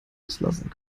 loslassen